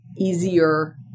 easier